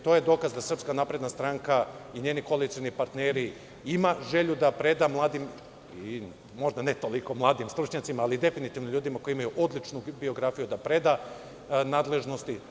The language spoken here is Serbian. To je dokaz da SNS i njeni koalicioni partneri ima želju da preda mladim i možda ne toliko mladim stručnjacima, ali definitivno ljudima koji imaju odličnu biografiju, da preda nadležnosti.